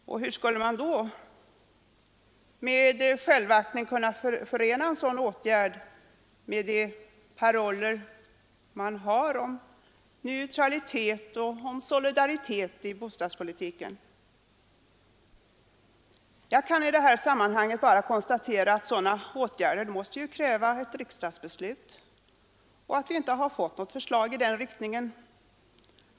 Och hur skulle man med självaktning kunna vidta en sådan åtgärd med parollerna om neutralitet och solidaritet i bostadspolitiken i minnet? Jag kan i detta sammanhang bara konstatera att sådana åtgärder måste kräva ett riksdagsbeslut och att vi inte har fått något förslag i den riktningen.